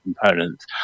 components